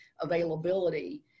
availability